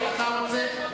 חבר הכנסת פלסנר,